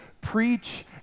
preach